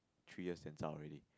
three years can zao already